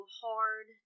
hard